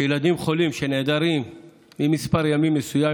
ילדים חולים שנעדרים ממערכת החינוך ממספר מסוים של ימים,